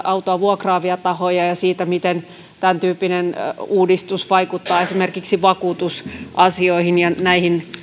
autoa vuokraavia tahoja ja siitä miten tämäntyyppinen uudistus vaikuttaa esimerkiksi vakuutusasioihin ja näihin